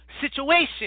situation